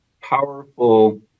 powerful